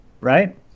right